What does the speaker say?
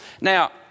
Now